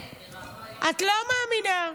זה, מירב, לא היו להם